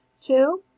Two